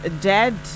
dead